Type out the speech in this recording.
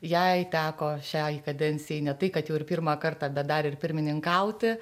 jai teko šiai kadencijai ne tai kad jau ir pirmą kartą bet dar ir pirmininkauti